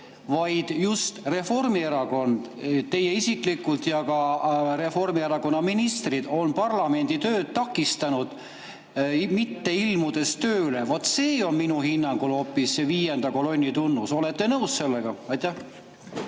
vaid just Reformierakond, teie isiklikult ja ka Reformierakonna ministrid on parlamendi tööd takistanud, mitte ilmudes tööle. Vot see on minu hinnangul hoopis viienda kolonni tunnus. Olete nõus sellega? Aitäh,